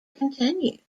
continued